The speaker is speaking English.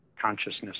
consciousness